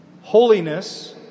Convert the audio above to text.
Holiness